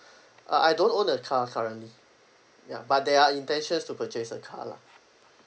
uh I don't own a car currently ya but there are intentions to purchase a car lah